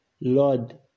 Lord